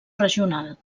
regional